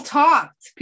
talked